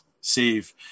save